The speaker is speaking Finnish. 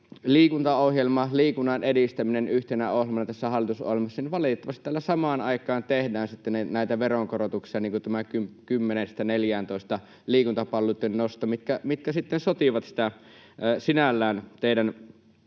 liikuntaohjelma, liikunnan edistäminen, yhtenä ohjelmana tässä hallitusohjelmassa, niin valitettavasti täällä samaan aikaan tehdään sitten näitä veronkorotuksia — niin kuin tämä liikuntapalveluitten nosto 10:stä 14:ään — mitkä sotivat sitä teidän